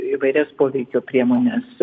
įvairias poveikio priemones